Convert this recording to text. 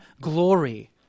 glory